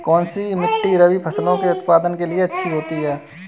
कौनसी मिट्टी रबी फसलों के उत्पादन के लिए अच्छी होती है?